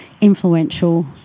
influential